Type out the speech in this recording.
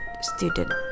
student